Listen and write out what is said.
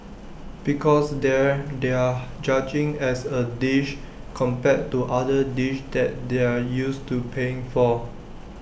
because there they're judging as A dish compared to other dishes that they're used to paying for